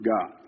God